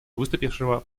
выступившего